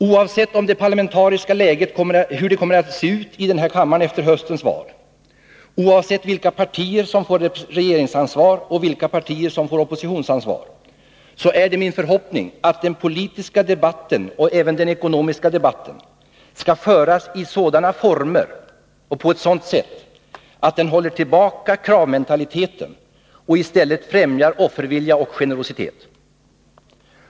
Oavsett hur det parlamentariska läget kommer att se ut i den här kammaren efter höstens val och oavsett vilka partier som får regeringsansvar och vilka som får oppositionsansvar, är det min förhoppning att den politiska debatten och även den ekonomiska debatten skall föras i sådana former och på ett sådant sätt att den håller tillbaka kravmentaliteten och i stället främjar offervilja och generositet.